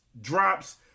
drops